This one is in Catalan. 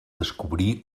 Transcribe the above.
descobrir